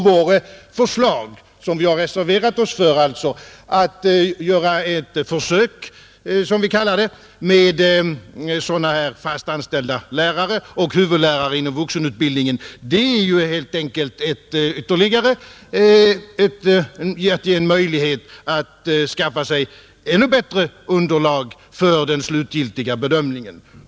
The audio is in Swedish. Vårt förslag, som vi alltså har reserverat oss för, att göra ett försök, som vi kallar det, med sådana fast anställda lärare och huvudlärare inom vuxenutbildningen ger ju helt enkelt ytterligare en möjlighet att skaffa sig ännu bättre underlag för den slutgiltiga bedömningen.